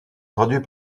traduit